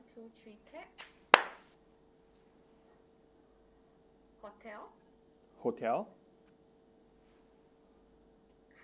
hotel